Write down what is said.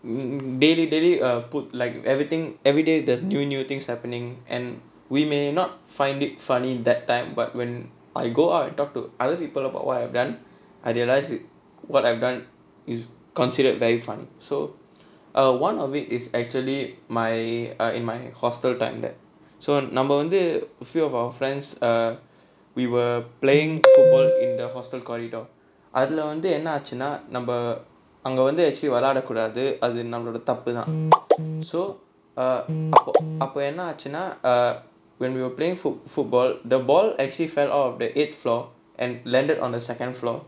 daily daily err put like everything everyday there's new new things happening and we may not find it funny that time but when I go out I talk to other people about what I have done I realise it what I've done is considered very fun so err one of it is actually my err in my hostel time that so நம்ம வந்து:namma vanthu few of our friends err we were playing football in the hostel corridor அதுல வந்து என்னாச்சுனா நம்ம அங்க வந்து:athula vanthu ennaachunaa namma anga vanthu actually விளையாட கூடாது அது நம்மலோட தப்புதான்:vilaiyaada koodaathu athu nammaloda thapputhaan so அப்போ அப்ப என்னாச்சுனா:appo appa ennaachunaa when we were playing foot football the ball actually fell out of the eighth floor and landed on the second floor